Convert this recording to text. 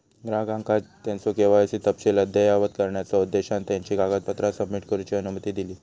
ग्राहकांका त्यांचो के.वाय.सी तपशील अद्ययावत करण्याचा उद्देशान त्यांची कागदपत्रा सबमिट करूची अनुमती दिली